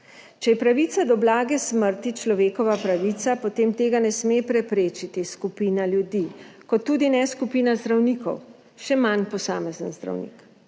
Če je pravica do blage smrti človekova pravica, potem tega ne sme preprečiti skupina ljudi, kot tudi ne skupina zdravnikov, še manj posamezen zdravnik.